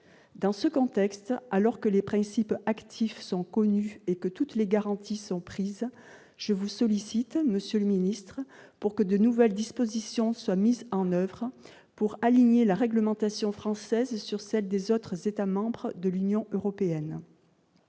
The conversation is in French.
Dans ce contexte, alors que les principes actifs sont connus et que toutes les garanties sont prises, je vous sollicite, monsieur le ministre, pour que de nouvelles dispositions soient mises en oeuvre pour aligner la réglementation française sur celle des autres États membres de l'Union européenne.